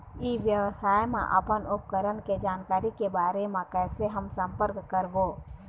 ई व्यवसाय मा अपन उपकरण के जानकारी के बारे मा कैसे हम संपर्क करवो?